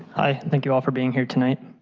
thank you for being here tonight.